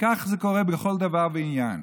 וכך זה קורה בכל דבר ועניין.